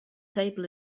table